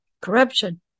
corruption